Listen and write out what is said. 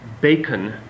bacon